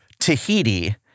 Tahiti